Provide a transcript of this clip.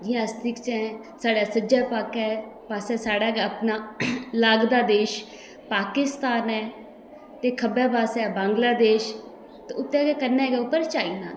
जियां अस दिक्खचै साढ़े सज्जे पासै साढ़ा अपना गै लगदा देश पाकिस्तान ऐ ते खब्बै पासै बंगलादेश ते उप्पर गै कन्नै चाइना